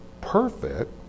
perfect